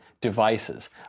devices